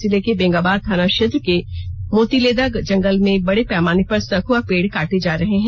जिले के बेंगाबाद थाना क्षेत्र के मोतिलेदा जंगल में बडे पैमाने पर सखुआ पेड काटे जा रहे हैं